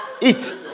eat